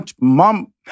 mom